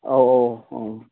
औ औ औ